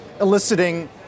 eliciting